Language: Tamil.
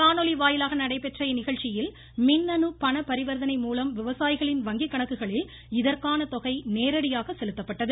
காணொலி வாயிலாக நடைபெற்றஇந்நிகழ்ச்சியில் மின்னணு பண பரிவர்த்தனை மூலம் விவசாயிகளின் வங்கி கணக்குகளில் இதற்கான தொகை நேரடியாக செலுத்தப்பட்டது